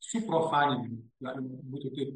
suprofaninimą gali būti taip